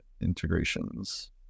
integrations